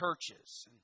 churches